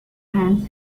hands